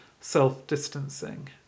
self-distancing